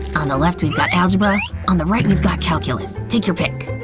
on the left we've got algebra, on the right we've got calculus. take your pick.